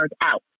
out